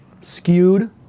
Skewed